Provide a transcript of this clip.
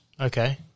Okay